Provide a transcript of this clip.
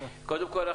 קודם כל,